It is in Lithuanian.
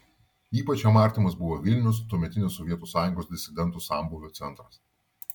ypač jam artimas buvo vilnius tuometinės sovietų sąjungos disidentų sambūvio centras